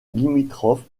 limitrophe